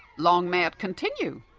long may it continue,